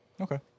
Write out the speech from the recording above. Okay